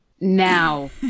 Now